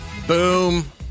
Boom